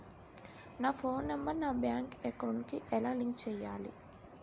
నా phone number నా bank account కి ఎలా లింక్ చేయాలి?